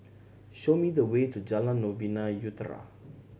show me the way to Jalan Novena Utara